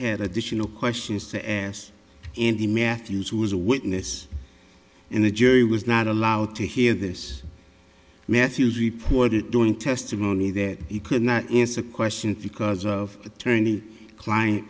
had additional questions to ask and the matthews who was a witness in the jury was not allowed to hear this matthews reported during testimony that he could not answer questions because of attorney client